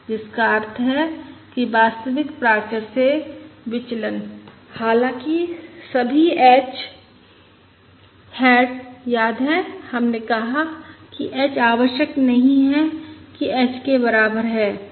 जिसका अर्थ है कि वास्तविक प्राचर से विचलन हालांकि सभी h हैट याद है हमने कहा कि h आवश्यक नहीं है कि h के बराबर है